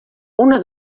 una